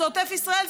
זה עוטף ישראל,